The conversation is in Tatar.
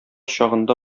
чагында